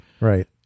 Right